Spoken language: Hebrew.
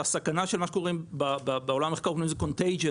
הסכנה של מה שנקרא בבנקאות Contagion